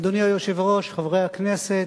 אדוני היושב-ראש, חברי הכנסת,